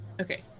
Okay